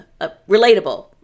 relatable